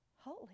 holy